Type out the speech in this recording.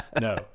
No